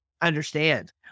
understand